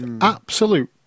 Absolute